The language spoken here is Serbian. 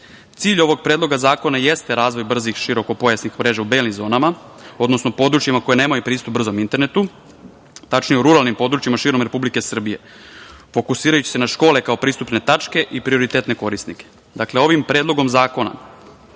ovog Predloga zakona jeste razvoj brzih širokopojasnih mreža u belim zonama, odnosno područjima koja nemaju pristup brzom internetu, tačnije u ruralnim područjima širom Republike Srbije, fokusirajući se na škole kao pristupne tačke i prioritetne korisnike. Ovim Predlogom zakona